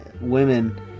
women